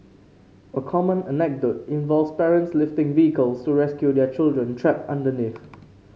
a common anecdote involves parents lifting vehicles to rescue their children trapped underneath